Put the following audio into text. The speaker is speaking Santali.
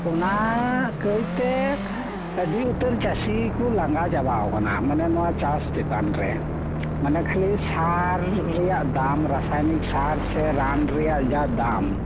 ᱚᱱᱟ ᱠᱟ ᱭ ᱛᱮ ᱟ ᱰᱤ ᱩᱛᱟ ᱨ ᱪᱟ ᱥᱤ ᱠᱩ ᱞᱟᱸᱜᱟ ᱪᱟᱵᱟ ᱟᱠᱟᱱᱟ ᱢᱟᱱᱮ ᱱᱚᱶᱟ ᱪᱟᱥ ᱪᱮᱛᱟᱱᱨᱮ ᱢᱟᱱᱮ ᱠᱷᱟ ᱞᱤ ᱥᱟᱨ ᱨᱮᱭᱟᱜ ᱫᱟᱢ ᱨᱟᱥᱟᱭᱱᱤᱠ ᱥᱟᱨ ᱥᱮ ᱨᱟᱱ ᱨᱮᱭᱟᱜ ᱡᱟ ᱫᱟᱢ